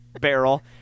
barrel